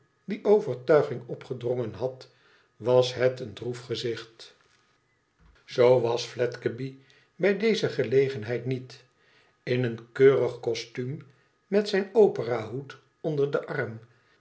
die overtuiging opgedrongen had was het een droef gezicht zoo was fledgeby bij deze gelegenheid niet in een keurig costuum met zijn operahoed onder den arm